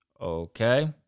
Okay